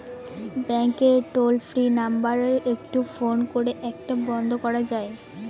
ব্যাংকের toll free number একটু phone করে এটা বন্ধ করা যায়?